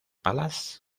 palace